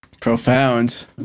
profound